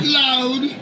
loud